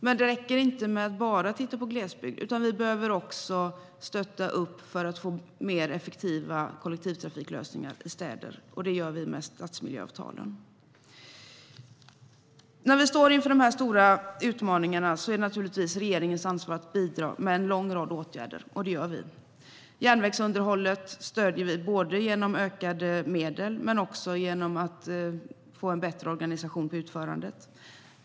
Men det räcker inte att titta bara på glesbygd. Vi behöver också stötta upp för att få mer effektiva kollektivtrafiklösningar i städer. Det gör vi med stadsmiljöavtalen. När vi står inför de här stora utmaningarna är det naturligtvis regeringens ansvar att bidra med en lång rad åtgärder. Det gör vi. Järnvägsunderhållet stöder vi genom ökade medel men också genom att få till en bättre organisation för utförandet.